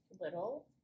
little